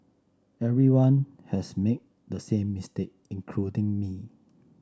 everyone has made the same mistake including me